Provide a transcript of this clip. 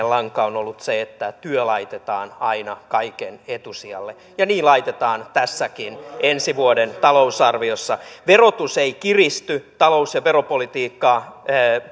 lanka on ollut se että työ laitetaan aina kaiken etusijalle ja niin laitetaan tässäkin ensi vuoden talousarviossa verotus ei kiristy talous ja veropolitiikkaa